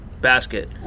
basket